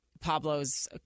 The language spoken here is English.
Pablo's